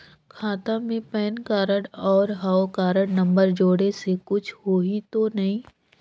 खाता मे PAN card और हव कारड नंबर जोड़े से कुछ होही तो नइ?